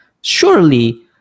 Surely